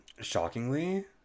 shockingly